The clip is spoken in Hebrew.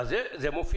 איפה זה מופיע?